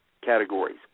categories